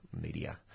media